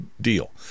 deal